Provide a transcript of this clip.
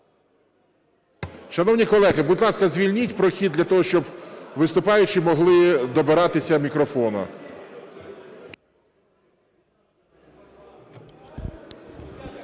Шановні колеги, будь ласка, звільніть прохід для того, щоб виступаючі могли добиратися мікрофону.